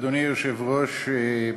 אדוני היושב-ראש,